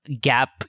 gap